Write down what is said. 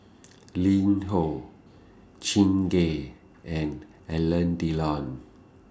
LinHo Chingay and Alain Delon